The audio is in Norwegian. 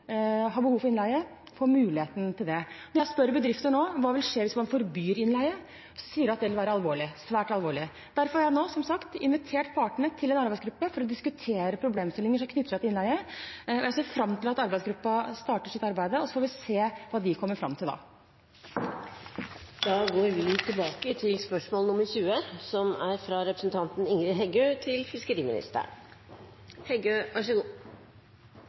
har behov for innleie, får muligheten til det. Når jeg spør bedrifter om hva som vil skje hvis man forbyr innleie, sier de at det vil være svært alvorlig. Derfor har jeg, som sagt, invitert partene til å delta i en arbeidsgruppe for å diskutere problemstillinger som knytter seg til innleie. Jeg ser fram til at arbeidsgruppen starter sitt arbeid, og så får vi se hva de kommer fram til. Da går vi tilbake til spørsmål 20, som er fra representanten Ingrid Heggø til fiskeriministeren.